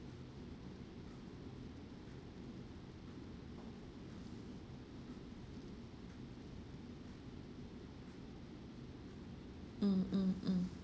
mm mm mm